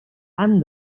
han